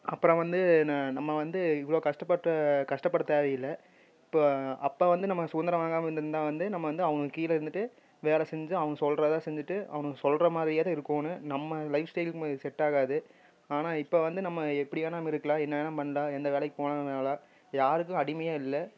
அப்புறம் வந்து ந நம்ம வந்து இவ்வளோ கஷ்டப்பட்ட கஷ்டப்பட தேவையில்லை இப்போ அப்போ வந்து நம்ம சுதந்திரம் வாங்காமல் இருந்துந்தாக வந்து நம்ம வந்து அவங்க கீழே இருந்துவிட்டு வேறு செஞ்சு அவங்க சொல்கிறத செஞ்சுட்டு அவனுங்க சொல்கிற மாதிரியே தான் இருக்கணும் நம்ம லைஃப் ஸ்டைலுக்குமே இது செட் ஆகாது ஆனால் இப்போ வந்து நம்ம எப்படியாணம் இருக்கலாம் என்ன வேணால் பண்ணலாம் எந்த வேலைக்கு போனாலும் யாருக்கும் அடிமையா இல்லை